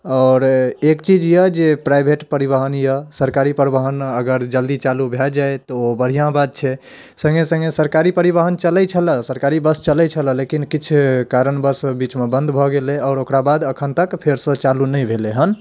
आओर एक चीज अइ जे प्राइवेट परिवहन अइ सरकारी परिवहन अगर जल्दी चालू भऽ जाइ तऽ ओ बढ़िआँ बात छै सङ्गे सङ्गे सरकारी परिवहन चलै छलै सरकारी बस चलै छलै लेकिन किछु कारणवश बीचमे बन्द भऽ गेलै आओर ओकरा बाद एखन तक फेरसँ चालू नहि भेलै हँ